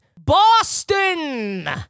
Boston